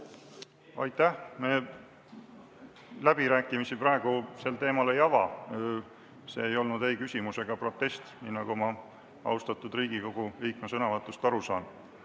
Aitäh! Me läbirääkimisi praegu sel teemal ei ava. See ei olnud ei küsimus ega protest, nii nagu ma austatud Riigikogu liikme sõnavõtust aru saan.